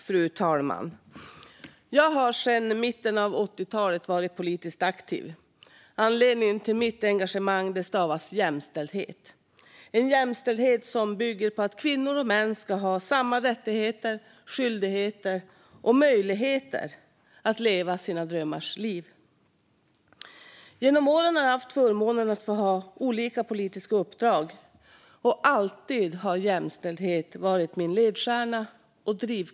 Fru talman! Jag har sedan mitten av 1980-talet varit politiskt aktiv. Anledningen till mitt engagemang stavas jämställdhet. Det är en jämställdhet som bygger på att kvinnor och män ska ha samma rättigheter, skyldigheter och möjligheter att leva sina drömmars liv. Genom åren har jag haft förmånen att få inneha olika politiska uppdrag, och alltid har jämställdhet varit min ledstjärna och drivkraft.